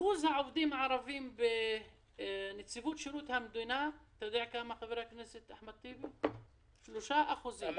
אחוז העובדים הערביים בנציבות שירות המדינה הוא 3%. אם